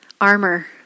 armor